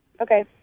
Okay